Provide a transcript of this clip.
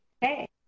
Hey